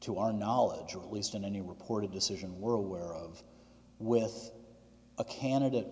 to our knowledge or at least in any reported decision we're aware of with a candidate